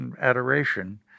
adoration